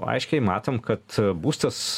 aiškiai matom kad būstas